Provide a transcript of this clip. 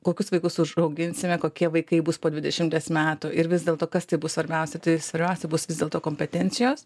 kokius vaikus užauginsime kokie vaikai bus po dvidešimties metų ir vis dėlto kas tai bus svarbiausia tai svarbiausia bus vis dėlto kompetencijos